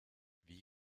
wie